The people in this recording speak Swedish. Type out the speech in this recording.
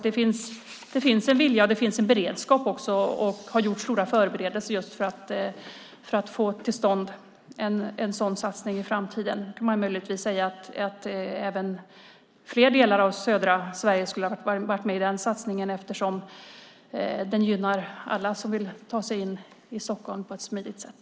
Det finns alltså en vilja och en beredskap, och det har gjorts stora förberedelser just för att få till stånd en sådan satsning i framtiden. Man kan möjligtvis säga att fler delar av södra Sverige skulle ha varit med i den satsningen eftersom den gynnar alla som vill ta sig in till Stockholm på ett smidigt sätt.